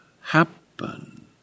happen